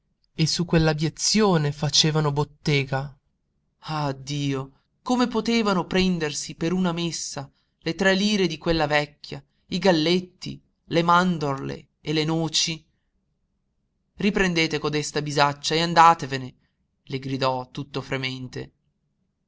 e su quell'abiezione facevano bottega ah dio come potevano prendersi per una messa le tre lire di quella vecchia i galletti le mandorle e le noci riprendete codesta bisaccia e andatevene le gridò tutto fremente